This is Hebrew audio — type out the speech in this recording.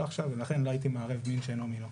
עכשיו ולכן לא הייתי מערב מין בשאינו מינו.